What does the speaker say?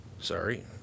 Sorry